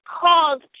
caused